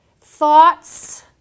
thoughts